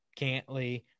Cantley